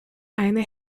eine